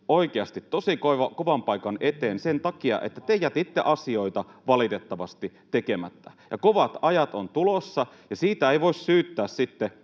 oikeasti tosi kovan paikan eteen sen takia, että te jätitte asioita valitettavasti tekemättä. Kovat ajat on tulossa, ja siitä ei voi syyttää sitten